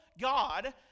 God